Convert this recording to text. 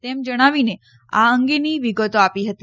તેમ જણાવીને આ અંગેની વિગતો આપી હતી